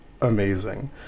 amazing